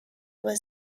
was